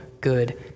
good